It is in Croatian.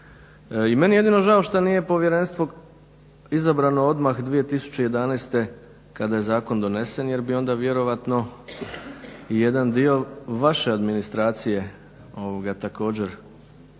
I meni je jedino žao što nije povjerenstvo izabrano odmah 2011.kada je zakon donesen jer bi onda vjerojatno jedan dio vaše administracije također